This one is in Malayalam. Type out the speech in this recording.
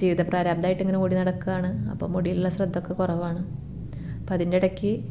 ജീവിത പ്രാരാബ്ധമായിട്ട് ഇങ്ങനെ ഓടി നടക്കുകയാണ് അപ്പോൾ മുടിയെല്ലാം ശ്രദ്ധ ഒക്കെ കുറവാണ് അപ്പോൾ അതിന്റെ ഇടയ്ക്ക്